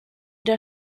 der